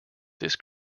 this